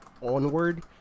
onward